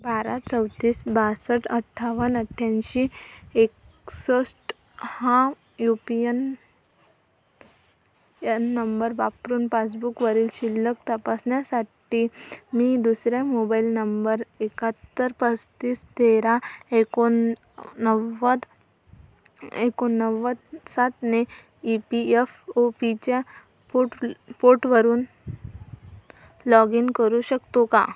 बारा चौतीस बासष्ट अठ्ठावन्न अठ्ठ्याऐंशी एकसष्ट हा यू पी एन नंबर वापरून पासबुकवरील शिल्लक तपासण्यासाठी मी दुसर्या मोबाईल नंबर एकाहत्तर पस्तीस तेरा एकोणनव्वद एकोणनव्वद सातने ई पी यफ ओ पीच्या पोट्रूल पोर्टवरून लॉग इन करू शकतो का